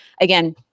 again